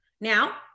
Now